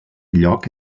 lloc